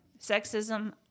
Sexism